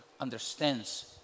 understands